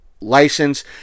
license